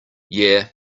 yeah